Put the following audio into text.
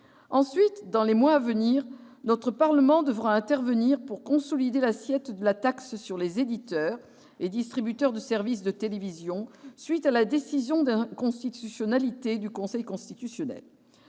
Ensuite, dans les mois à venir, le Parlement devra intervenir pour consolider l'assiette de la taxe sur les éditeurs et distributeurs de services de télévision, à la suite de la décision d'inconstitutionnalité du Conseil constitutionnel.